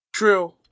true